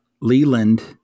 Leland